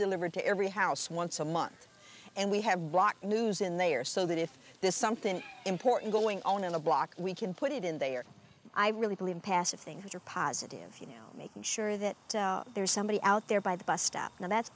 delivered to every house once a month and we have news in they are so that if this something important going on in a block we can put it in there i really believe in passive things which are positive you know making sure that there's somebody out there by the bus stop and that's